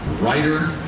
writer